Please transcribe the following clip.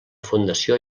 fundació